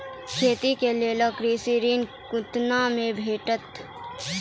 खेती के लेल कृषि ऋण कुना के भेंटते?